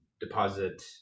deposit